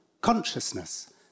consciousness